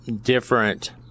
different